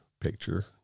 picture